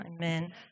amen